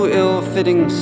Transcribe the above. ill-fitting